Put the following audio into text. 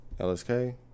LSK